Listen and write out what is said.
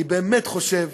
אני באמת חושב